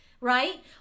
right